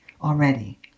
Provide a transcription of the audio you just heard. already